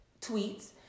tweets